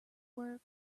were